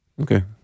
Okay